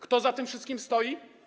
Kto za tym wszystkim stoi?